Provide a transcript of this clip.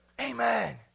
Amen